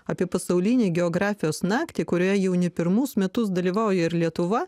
apie pasaulinį geografijos naktį kurioje jau ne pirmus metus dalyvauja ir lietuva